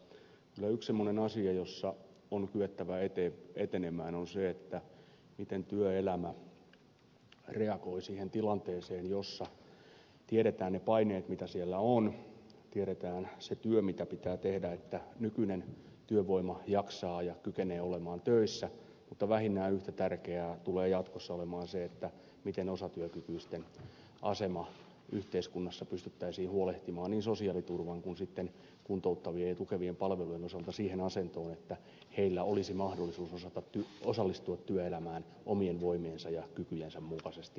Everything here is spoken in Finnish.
vielä yksi semmoinen asia jossa on kyettävä etenemään on se miten työelämä reagoi siihen tilanteeseen jossa tiedetään ne paineet mitä siellä on tiedetään se työ mitä pitää tehdä että nykyinen työvoima jaksaa ja kykenee olemaan töissä mutta vähintään yhtä tärkeää tulee jatkossa olemaan se miten osatyökykyisten asemasta yhteiskunnassa pystyttäisiin huolehtimaan niin sosiaaliturvan kuin kuntouttavien ja tukevien palvelujen osalta siihen asentoon että heillä olisi mahdollisuus osallistua työelämään omien voimiensa ja kykyjensä mukaisesti